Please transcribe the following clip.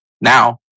Now